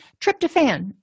Tryptophan